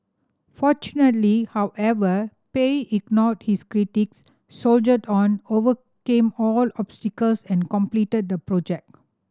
fortunately however Pei ignored his critics soldiered on overcame all obstacles and completed the project